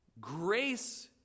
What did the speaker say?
Grace